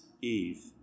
Eve